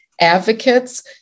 advocates